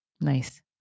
Nice